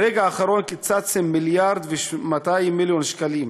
ברגע האחרון קיצצתם מיליארד ו-200 מיליון שקלים,